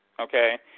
Okay